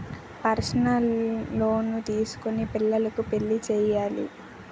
personal loan తీసుకొని పిల్లకు పెళ్లి చేయాలి